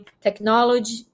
Technology